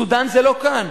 סודן זה לא כאן.